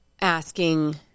asking